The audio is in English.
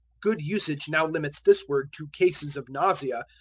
good usage now limits this word to cases of nausea,